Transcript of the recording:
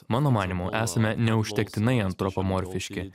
mano manymu esame neužtektinai antropomorfiški